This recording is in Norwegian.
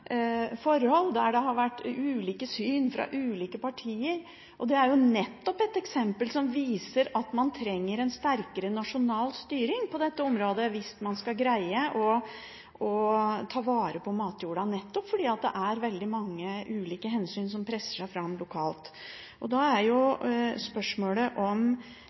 forhold der det har vært ulike syn fra ulike partier. Det er nettopp et eksempel som viser at man trenger en sterkere nasjonal styring på dette området hvis man skal greie å ta vare på matjorda, fordi det er veldig mange ulike hensyn som presser seg fram lokalt. Da er spørsmålet om